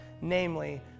namely